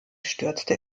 stürzte